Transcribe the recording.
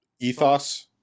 ethos